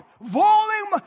volume